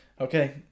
Okay